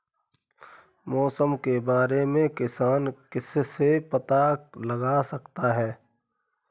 मौसम के बारे में किसान किससे पता लगा सकते हैं?